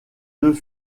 deux